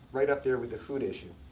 right up there with the food issue.